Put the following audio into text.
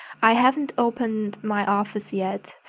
i haven't opened my office yet.